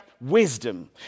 wisdom